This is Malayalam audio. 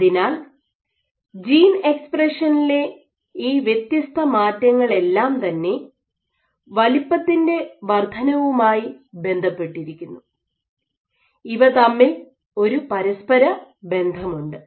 അതിനാൽ ജീൻ എക്സ്പ്രഷനിലെ ഈ വ്യത്യസ്ത മാറ്റങ്ങളെല്ലാം തന്നെ വലുപ്പത്തിൻ്റെ വർദ്ധനവുമായി ബന്ധപ്പെട്ടിരിക്കുന്നു ഇവ തമ്മിൽ ഒരു പരസ്പരബന്ധമുണ്ട്